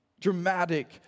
dramatic